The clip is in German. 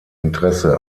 interesse